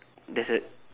there's a